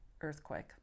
earthquake